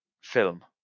film